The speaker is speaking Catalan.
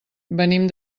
venim